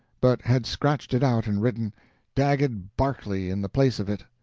but had scratched it out and written dagget barclay in the place of it.